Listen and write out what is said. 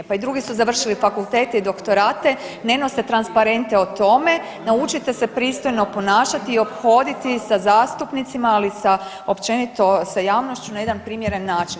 Pa i drugi su završili fakultete i doktorate, ne nose transparente o tome, naučite se pristojno ponašati i ophoditi sa zastupnicima ali i sa općenito sa javnošću na jedan primjeran način.